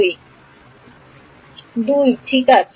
2 ঠিক আছে